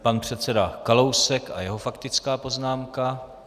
Pan předseda Kalousek a jeho faktická poznámka.